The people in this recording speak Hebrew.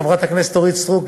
חברת הכנסת אורית סטרוק,